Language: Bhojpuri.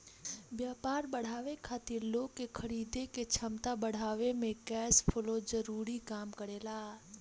व्यापार बढ़ावे खातिर लोग के खरीदे के क्षमता बढ़ावे में कैश फ्लो जरूरी काम करेला